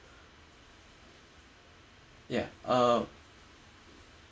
ya uh